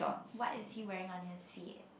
what is he wearing on his feet